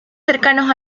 cercanos